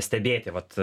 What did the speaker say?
stebėti vat